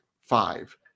five